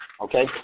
Okay